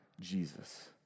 Jesus